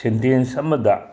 sentence ꯑꯃꯗ